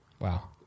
Wow